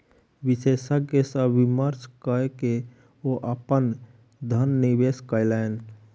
विशेषज्ञ सॅ विमर्श कय के ओ अपन धन निवेश कयलैन